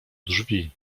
drzwi